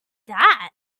that